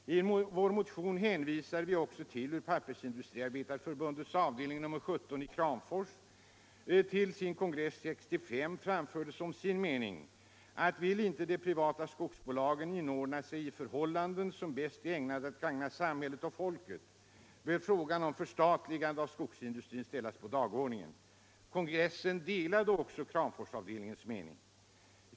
I vår motion hänvisar vi också till hur Pappersindustriarbetareförbundets avdelning 17 i Kramfors till förbundets kongress 1965 framförde som sin mening att vill inte de privata skogsbolagen inordna sig i förhållanden som bäst är ägnade att gagna samhället och folket, bör frågan om förstatligande av skogsindustrin ställas på dagordningen. Kongressen anslöt sig till Kramforsavdelningens mening.